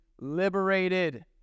liberated